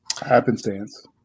happenstance